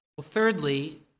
Thirdly